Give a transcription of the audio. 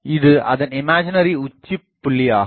இது அதன் இமாஜினரி உச்சபுள்ளியாகும்